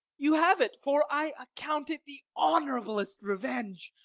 you have it for i account it the honorabl'st revenge,